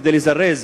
כדי לזרז,